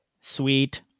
Sweet